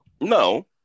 No